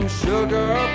sugar